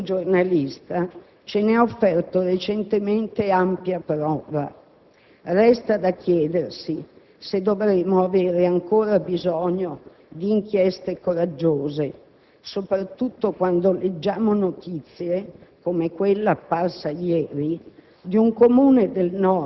finisce con il rendere appetibile e conveniente il fenomeno dei clandestini, braccia a bassissimo costo senza il godimento dei diritti più elementari, utili persino per i profitti di gestione di un CPT,